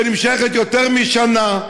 שנמשכת יותר משנה,